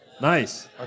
Nice